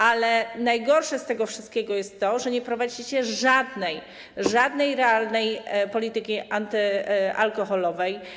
Ale najgorsze z tego wszystkiego jest to, że nie prowadzicie żadnej realnej polityki antyalkoholowej.